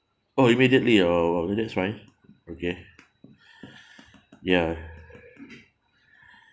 oh immediately oh that's fine okay ya